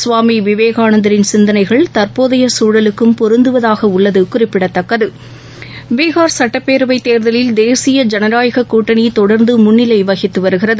சுவாமி விவேகானந்தரின் சிந்தனைகள் தற்போதைய சூழலுக்கு பொருந்துவதாக உள்ளது குறிப்பிடத்தக்கது பீகார் சட்டப்பேரவைத் தேர்தலில் தேசிய ஜனநாயக கூட்டணி தொடர்ந்து முன்னிலை வகித்து வருகிறது